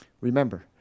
Remember